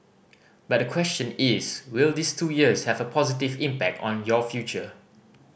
but the question is will these two years have a positive impact on your future